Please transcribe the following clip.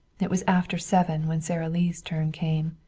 it was after seven when sara lee's turn came.